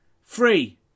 Free